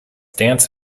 dance